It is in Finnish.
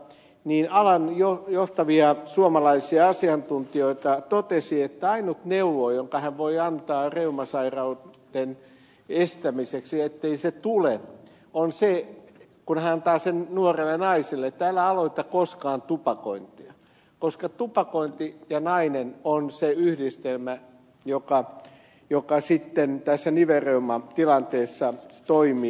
eräs alan johtavia suomalaisia asiantuntijoita totesi että ainut neuvo jonka hän voi antaa reumasairauden estämiseksi ettei se tule on se kun hän antaa sen neuvon nuorelle naiselle että älä aloita koskaan tupakointia koska tupakointi ja nainen on se yhdistelmä joka sitten tässä nivelreumatilanteessa toimii